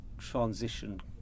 transition